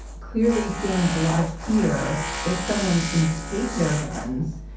clearly feeling a lot of fear that someone's going to take their guns.